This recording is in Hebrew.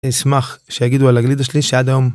אשמח שיגידו על הגלידה שלי שעד היום.